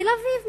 תל-אביב מככבת.